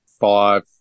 five